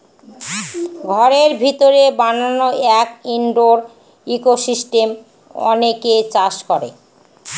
ঘরের ভিতরে বানানো এক ইনডোর ইকোসিস্টেম অনেকে চাষ করে